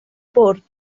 bwrdd